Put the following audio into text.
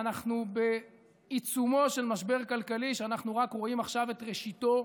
ואנחנו בעיצומו של משבר כלכלי שאנחנו רואים עכשיו רק את ראשיתו.